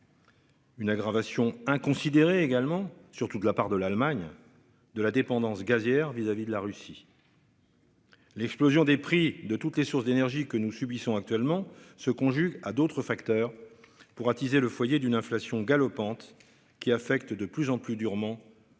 Une aggravation inconsidérés également surtout de la part de l'Allemagne. De la dépendance gazière vis à vis de la Russie. L'explosion des prix de toutes les sources d'énergie que nous subissons actuellement se conjugue à d'autres facteurs pour attiser le foyer d'une inflation galopante qui affecte de plus en plus durement les